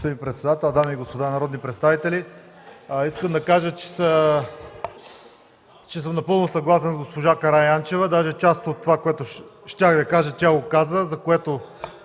Господин председател, дами и господа народни представители! Искам да кажа, че съм напълно съгласен с госпожа Караянчева. Даже част от това, което щях да кажа, тя го каза, за което